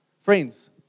Friends